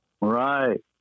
Right